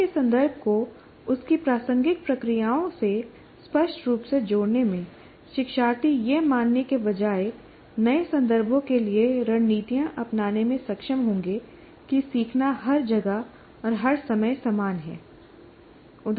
सीखने के संदर्भ को उसकी प्रासंगिक प्रक्रियाओं से स्पष्ट रूप से जोड़ने में शिक्षार्थी यह मानने के बजाय नए संदर्भों के लिए रणनीतियाँ अपनाने में सक्षम होंगे कि सीखना हर जगह और हर समय समान है